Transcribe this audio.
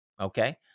okay